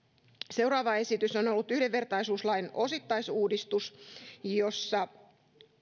seuraava esitys on ollut yhdenvertaisuuslain osittaisuudistus jossa